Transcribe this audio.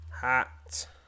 hat